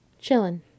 chilling